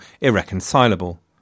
irreconcilable